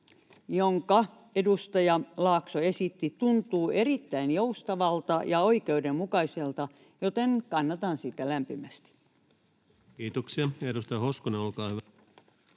jonka edustaja Laakso esitti, tuntuu erittäin joustavalta ja oikeudenmukaiselta, joten kannatan sitä lämpimästi. Kiitoksia. — Edustaja Hoskonen, olkaa hyvä.